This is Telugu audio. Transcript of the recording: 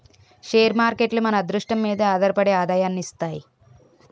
షేర్ మార్కేట్లు మన అదృష్టం మీదే ఆధారపడి ఆదాయాన్ని ఇస్తాయి